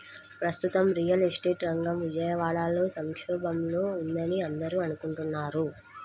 ప్రస్తుతం real estate రంగం విజయవాడలో సంక్షోభంలో ఉందని అందరూ అనుకుంటున్నారు